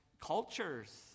cultures